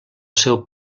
seu